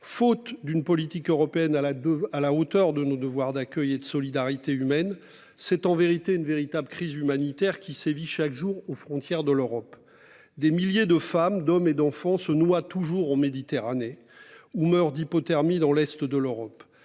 Faute d'une politique européenne à la à la hauteur de nos devoirs d'accueil et de solidarité humaine. C'est en vérité une véritable crise humanitaire qui sévit chaque jour aux frontières de l'Europe. Des milliers de femmes, d'hommes et d'enfants se noient toujours en Méditerranée. Ou meurt d'hypothermie dans l'est de l'Europe,